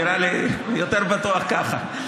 נראה לי יותר בטוח ככה.